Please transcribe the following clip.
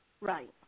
Right